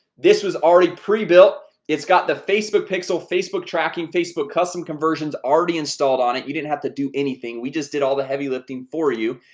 this was already pre-built it's got the facebook pixel facebook tracking facebook custom conversions already installed on it. you didn't have to do anything we just did all the heavy lifting for you.